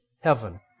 heaven